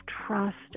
trust